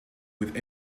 with